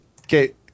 Okay